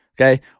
Okay